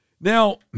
Now